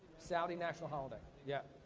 saudi national holiday. yeah,